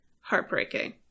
heartbreaking